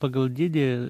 pagal dydį